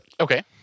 Okay